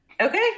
okay